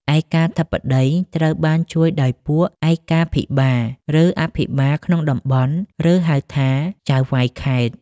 ឯកាធិបតីត្រូវបានជួយដោយពួកឯកាភិបាល ឬអភិបាលក្នុងតំបន់ ឬ ហៅថា ចៅហ្វាយខេត្ត។